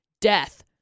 death